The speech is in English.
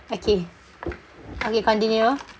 okay okay continue